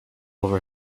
over